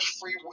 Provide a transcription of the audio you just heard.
free